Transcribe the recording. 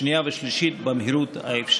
ההסתייגות (17)